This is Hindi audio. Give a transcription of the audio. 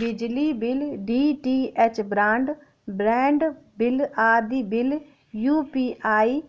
बिजली bill, DTH broadband bill आदि बिल यू.पी.आई